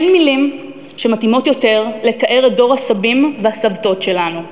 אין מילים מתאימות יותר לתאר את דור הסבים והסבתות שלנו.